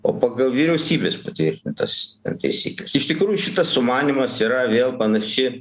o pagal vyriausybės patvirtintas taisykles iš tikrųjų šitas sumanymas yra vėl panaši